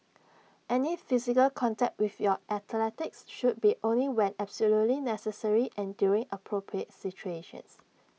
any physical contact with your athletes should be only when absolutely necessary and during appropriate situations